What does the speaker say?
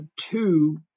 two